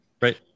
Right